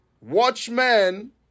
watchmen